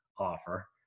offer